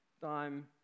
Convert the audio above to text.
time